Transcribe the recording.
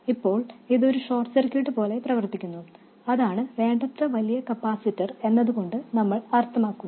അപ്പോൾ ഇത് ഒരു ഷോർട്ട് സർക്യൂട്ട് പോലെ പ്രവർത്തിക്കുന്നു അതാണ് വേണ്ടത്ര വലിയ കപ്പാസിറ്റർ എന്നതുകൊണ്ട് നമ്മൾ ആർത്ഥമാക്കുന്നത്